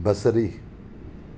बसरी